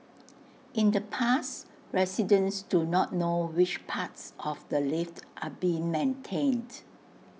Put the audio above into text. in the past residents do not know which parts of the lift are being maintained